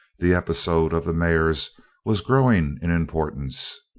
the episode of the mares was growing in importance.